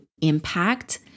impact